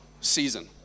season